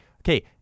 Okay